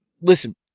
Listen